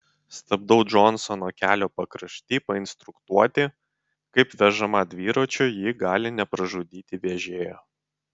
stabdau džonsono kelio pakrašty painstruktuoti kaip vežama dviračiu ji gali nepražudyti vežėjo